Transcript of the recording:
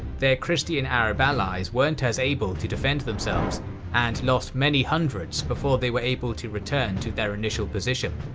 their christian arab allies weren't as able to defend themselves and lost many hundreds before they were able to return to their initial position.